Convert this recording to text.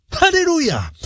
Hallelujah